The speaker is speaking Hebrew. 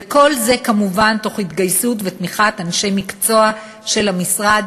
וכל זה כמובן תוך התגייסות ותמיכת אנשי מקצוע של המשרד,